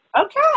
Okay